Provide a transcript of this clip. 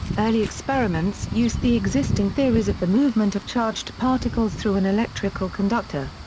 early experiments used the existing theories of the movement of charged particles through an electrical conductor.